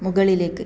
മുകളിലേക്ക്